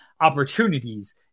opportunities